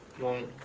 want